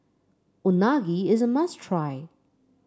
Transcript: unagi is a must try